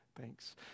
Thanks